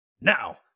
Now